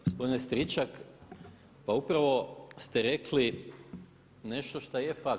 Gospodine Stričak, pa upravo ste rekli nešto što je fak.